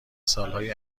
سالهای